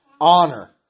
honor